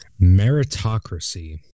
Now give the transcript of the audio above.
Meritocracy